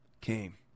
came